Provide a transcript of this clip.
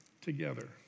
together